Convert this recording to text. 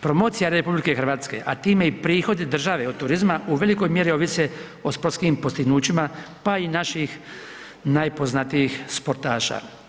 Promocija RH a time i prihodi države od turizma, u velikoj mjeri ovise o sportskim postignućima pa i naših najpoznatijih sportaša.